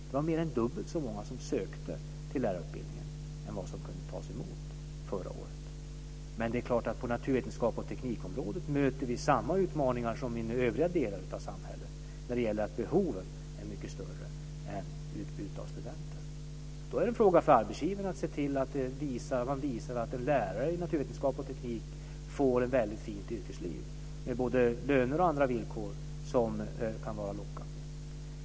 Det var mer än dubbelt så många som sökte till lärarutbildningen än vad som kunde tas emot förra året. Men inom naturvetenskap och teknik möter vi nu samma utmaningar som i den övriga delen av samhället, att behoven är mycket större än utbudet av studenter. Då är det en fråga för arbetsgivaren att visa att en lärare i naturvetenskap och teknik får ett väldigt fint yrkesliv med både löner och andra villkor som kan vara lockande.